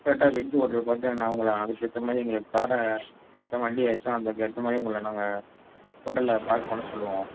கரெக்டாக veg hotel பார்த்து உங்களை அதுக்கேற்ற மாதிரி எங்களுக்கு காரை வண்டியை ஏற்ற மாதிரி உங்களை நாங்கள் ஹோட்டலில் பார்க் பண்ண செல்வோம்